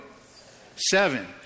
Seven